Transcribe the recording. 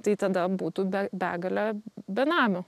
tai tada būtų be begalė benamių